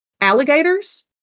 alligators